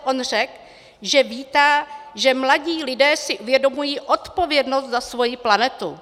On řekl, že vítá, že mladí lidé si uvědomují odpovědnost za svoji planetu.